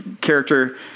character